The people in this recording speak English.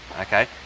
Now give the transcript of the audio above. okay